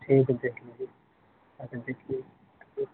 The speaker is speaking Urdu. ٹھیک ہے دیکھ لیجیے تھوڑا سا دیکھیے